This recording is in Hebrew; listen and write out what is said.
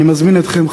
אני מזמין אתכם,